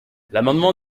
l’amendement